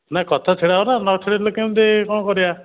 ନାହିଁ କଥା ଛିଡ଼ାହେବ ନା ନ ଛିଡ଼େଇଲେ କେମିତି କ'ଣ କରିବା